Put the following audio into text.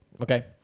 Okay